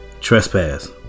Trespass